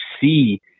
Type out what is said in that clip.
see